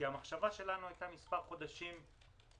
כי המחשבה שלנו הייתה על מספר חודשים מוגבל.